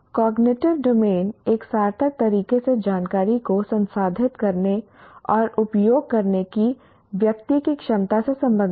cognitive domain एक सार्थक तरीके से जानकारी को संसाधित करने और उपयोग करने की व्यक्ति की क्षमता से संबंधित है